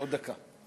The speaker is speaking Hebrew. עוד דקה.